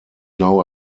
now